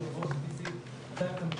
כלומר זה שאתם ממשיכים